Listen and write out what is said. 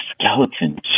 skeleton